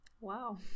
wow